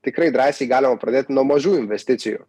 tikrai drąsiai galima pradėt nuo mažų investicijų